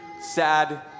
sad